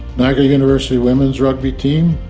niagara university women's rugby team,